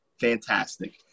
Fantastic